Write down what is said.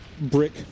brick